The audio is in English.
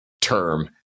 term